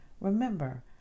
Remember